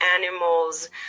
animals